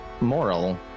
Moral